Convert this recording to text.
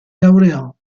laureò